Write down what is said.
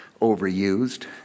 overused